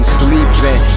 sleeping